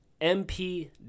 MP